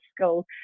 school